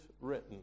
written